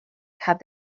have